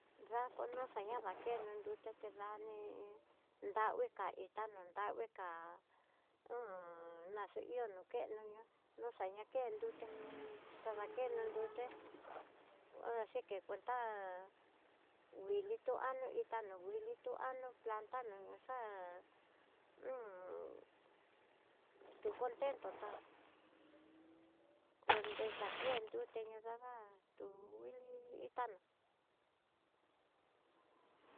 Dakono xa na dakeno nrutete dani dakui ka itá nondakuika h naxhi ihó no keno ñó noxaña ken nduté, xanakeno nruté horasi que kuenta nguili tó anó'o itá no nguili to ano plantar no xa'a tu contentó tá konre xatiá nduté ña dada tú nguili itá no.